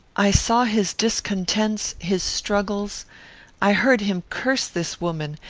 i saw his discontents his struggles i heard him curse this woman,